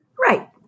Right